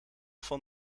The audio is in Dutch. van